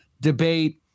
debate